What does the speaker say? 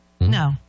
No